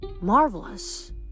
Marvelous